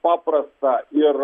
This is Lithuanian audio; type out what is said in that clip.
paprasta ir